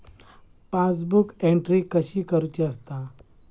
Passbook entry कशी करुची असता?